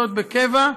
משרתות בקבע,